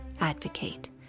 Advocate